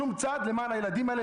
שום צעד למען הילדים האלה,